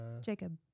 Jacob